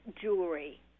jewelry